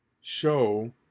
show